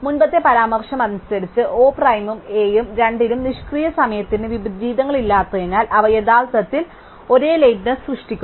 മുമ്പത്തെ പരാമർശം അനുസരിച്ച് O പ്രൈമും A യും രണ്ടിനും നിഷ്ക്രിയ സമയത്തിന് വിപരീതങ്ങളില്ലാത്തതിനാൽ അവ യഥാർത്ഥത്തിൽ ഒരേ ലേറ്റ്നെസ് സൃഷ്ടിക്കണം